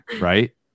right